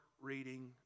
reading